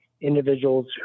individuals